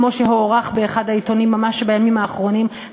כמו שהוערך באחד העיתונים ממש בימים האחרונים,